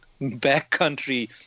backcountry